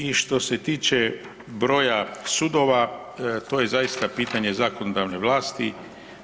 I što se tiče broja sudova to je zaista pitanje zakonodavne vlasti.